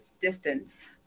distance